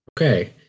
Okay